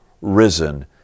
risen